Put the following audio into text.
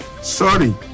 sorry